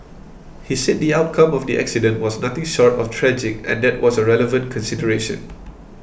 he said the outcome of the accident was nothing short of tragic and that was a relevant consideration